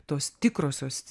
tos tikrosios